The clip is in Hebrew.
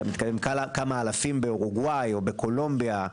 כמה אלפים באורוגוואי או בקולומביה.